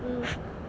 mm